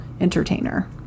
entertainer